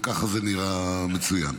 וככה זה נראה מצוין.